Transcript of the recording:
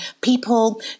people